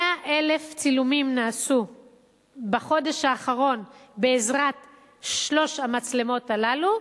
100,000 צילומים נעשו בחודש האחרון בעזרת שלוש המצלמות הללו,